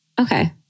Okay